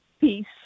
peace